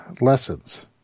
lessons